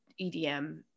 EDM